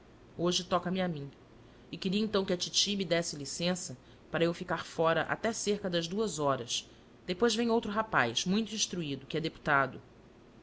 enfermeiros hoje toca me a mim e queria então que a titi me desse licença para eu ficar fora até cerca das duas horas depois vem outro rapaz muito instruído que é deputado